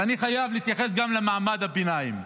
ואני חייב להתייחס גם למעמד הביניים,